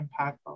impactful